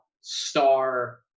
star